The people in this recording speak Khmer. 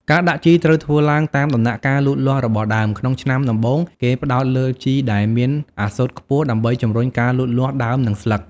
ការដាក់ជីត្រូវធ្វើឡើងតាមដំណាក់កាលលូតលាស់របស់ដើម ក្នុងឆ្នាំដំបូង គេផ្តោតលើជីដែលមានអាសូតខ្ពស់ដើម្បីជំរុញការលូតលាស់ដើម និងស្លឹក។